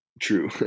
true